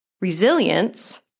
resilience